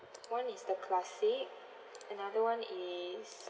one is the classic another one is